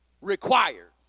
required